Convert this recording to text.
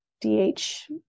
D-H